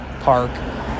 Park